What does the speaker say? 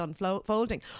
unfolding